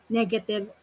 negative